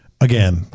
Again